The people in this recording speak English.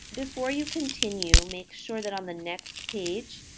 before you continue, make sure that on the next page,